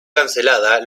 cancelada